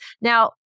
Now